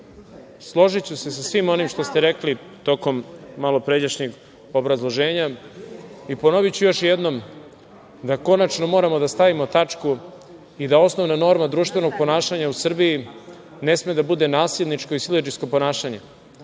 složiću se sa svim onim što ste rekli tokom malopređašnjeg obrazloženja i ponoviću još jednom da konačno moramo da stavimo tačku i da osnovna norma društvenog ponašanja u Srbiji ne sme da bude nasilničko i siledžijsko ponašanje